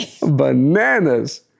bananas